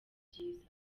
byiza